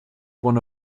one